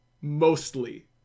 mostly